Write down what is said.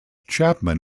chapman